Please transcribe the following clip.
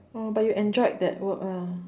oh but you enjoyed that work lah